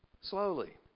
slowly